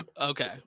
Okay